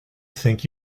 think